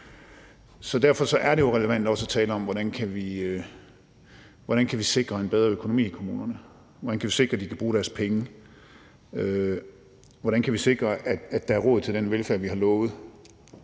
Så derfor er det jo relevant også at tale om, hvordan vi kan sikre en bedre økonomi i kommunerne, hvordan vi kan sikre, at de kan bruge deres penge, hvordan vi kan sikre, at der er råd til den velfærd, vi har lovet,